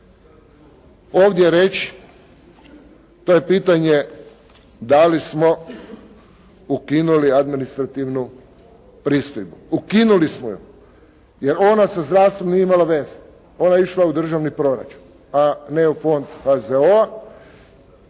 ovdje reći to je pitanje da li smo ukinuli administrativnu pristojbu? Ukinuli smo ju, jer ona sa zdravstvom nije imala veze, ona je išla u državni proračun a ne u fond HZO-a.